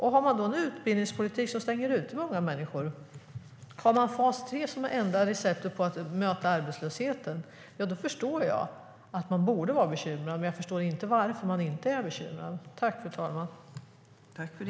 Har man då en utbildningspolitik som stänger ute många människor och fas 3 som det enda receptet på att möta arbetslösheten, då förstår jag att man borde vara bekymrad men inte varför man inte är bekymrad.